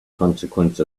consequence